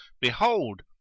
behold